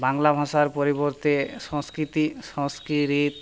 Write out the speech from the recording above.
বাংলা ভাঁষার পরিবর্তে সংস্কৃতি